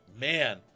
Man